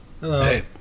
Hello